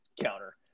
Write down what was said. counter